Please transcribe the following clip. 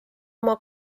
oma